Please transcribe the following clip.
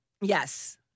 Yes